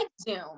Zoom